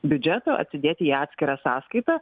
biudžeto atsidėti į atskirą sąskaitą